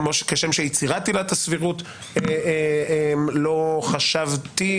כשם שיצירת עילת הסבירות לא חשבתי,